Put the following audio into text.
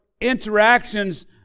interactions